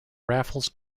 raffles